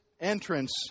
entrance